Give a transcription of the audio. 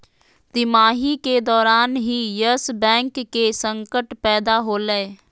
तिमाही के दौरान ही यस बैंक के संकट पैदा होलय